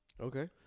Okay